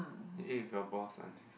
you eat with your boss one